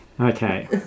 Okay